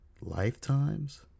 Lifetimes